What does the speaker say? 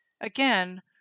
Again